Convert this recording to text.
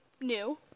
new